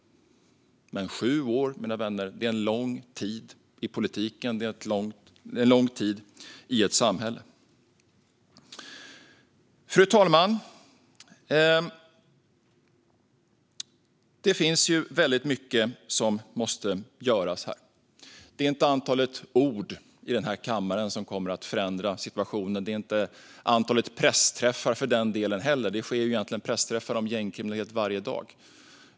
Men sju år, mina vänner, är en lång tid i politiken och i ett samhälle. Fru talman! Det finns väldigt mycket som måste göras här. Det är inte antalet ord i den här kammaren som kommer att förändra situationen. Det är inte antalet pressträffar heller, för den delen. Det sker ju pressträffar om gängkriminalitet varje dag.